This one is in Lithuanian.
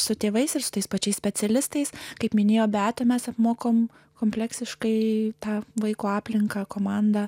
su tėvais ir su tais pačiais specialistais kaip minėjo bet mes apmokome kompleksiškai tą vaiko aplinką komandą